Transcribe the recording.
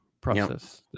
process